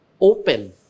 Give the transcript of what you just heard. open